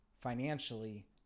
financially